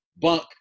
Bunk